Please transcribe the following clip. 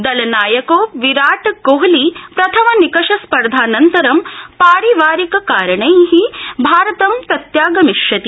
दलनायको विराटकोहली प्रथम निकष स्पर्धानन्तरं पारिवारिक कारणै भारतं प्रत्यागमिष्यति